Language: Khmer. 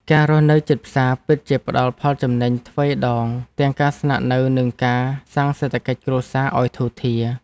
ការរស់នៅជិតផ្សារពិតជាផ្តល់ផលចំណេញទ្វេដងទាំងការស្នាក់នៅនិងការសាងសេដ្ឋកិច្ចគ្រួសារឱ្យធូរធារ។